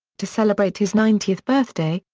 to celebrate his ninetieth birthday,